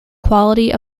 quality